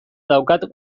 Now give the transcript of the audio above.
daukat